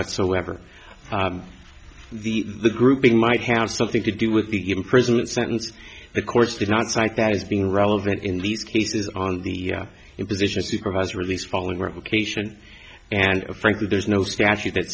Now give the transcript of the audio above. whatsoever the the grouping might have something to do with the imprisonment sentence the courts do not cite that as being relevant in these cases on the imposition supervised release following rotation and frankly there's no statute that